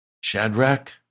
Shadrach